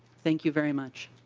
thank you very much.